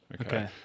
Okay